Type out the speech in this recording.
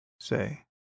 say